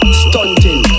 stunting